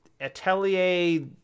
Atelier